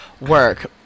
work